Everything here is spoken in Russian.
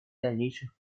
дальнейших